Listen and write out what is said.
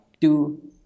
two